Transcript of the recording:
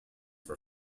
for